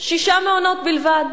שישה מעונות בלבד.